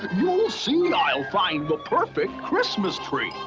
you'll see! i'll find the perfect christmas tree!